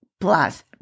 plus